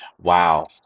wow